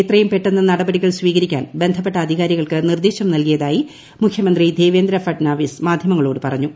എത്രയും പെട്ടെന്ന് നടപടികൾ സ്വീകരിക്കാൻ ബന്ധപ്പെട്ട അധികാരികൾക്ക് നിർദ്ദേശം നൽകിയതായി മുഖ്യമന്ത്രി ദേവേന്ദ്ര ഫട്നവിസ് മാധ്യമങ്ങളോട് പറഞ്ഞു